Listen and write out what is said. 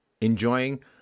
enjoying